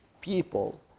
people